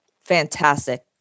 Fantastic